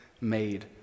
made